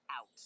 out